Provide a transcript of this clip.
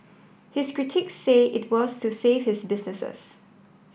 his critics say it was to save his businesses